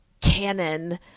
canon